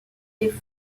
des